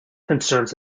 concerns